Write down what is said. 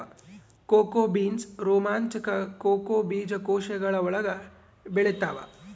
cocoa beans ರೋಮಾಂಚಕ cocoa ಬೀಜಕೋಶಗಳ ಒಳಗೆ ಬೆಳೆತ್ತವ